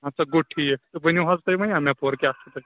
اَدٕ سا گوٚو ٹھیٖک تہٕ ؤنِو حظ تۅہہِ وۅنۍ اَمہِ اپور کیٛاہ چھُ تۅہہِ